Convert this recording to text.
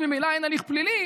אז ממילא אין הליך פלילי,